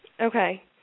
okay